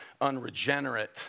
unregenerate